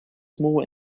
small